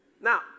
Now